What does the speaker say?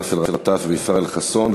באסל גטאס וישראל חסון,